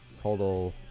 total